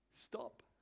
Stop